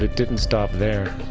didn't stop there.